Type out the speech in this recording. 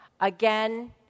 again